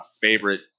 favorite